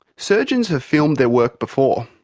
surgeons have filmed their work before.